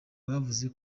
bavuze